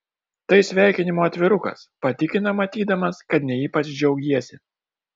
tai sveikinimo atvirukas patikina matydamas kad ne ypač džiaugiesi